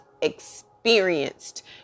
experienced